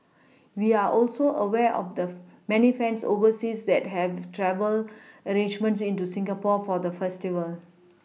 we are also aware of the many fans overseas that have travel arrangements into Singapore for the festival